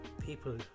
People